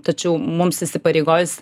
tačiau mums įsipareigojus